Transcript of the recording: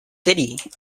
city